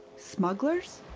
smugglers?